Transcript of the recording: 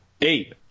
Eight